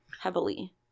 heavily